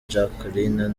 jacqueline